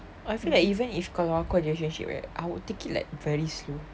I feel like even if kalau aku dalam relationship kan I would take it very slow